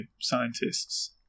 scientists